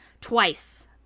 twice